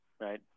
Right